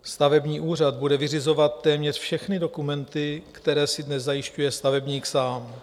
Stavební úřad bude vyřizovat téměř všechny dokumenty, které si dnes zajišťuje stavebník sám.